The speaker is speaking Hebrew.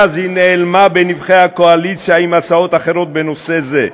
ואז היא נעלמה בנבכי הקואליציה עם הצעות אחרות בנושא זה,